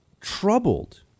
troubled